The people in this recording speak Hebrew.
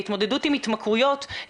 ההתמודדות עם התמכרויות,